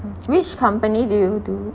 which company do you do